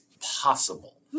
possible